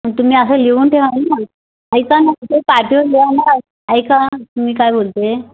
तुम्ही असं लिहून ठेवा ना ऐका ना तुम्ही पाटीवर लिहा ना ऐका मी काय बोलते